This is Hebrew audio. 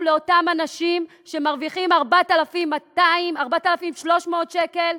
לאנשים שמרוויחים 4,300-4,200 שקל,